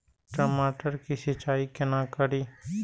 टमाटर की सीचाई केना करी?